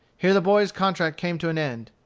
here the boy's contract came to an end.